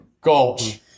Gulch